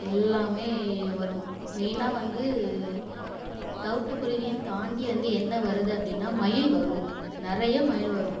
எல்லாம் வரும் மெயினாக வந்து தவிட்டுக் குருவியும் தாண்டி வந்து என்ன வருது அப்படின்னா மயில் வரும் நிறைய மயில் வரும்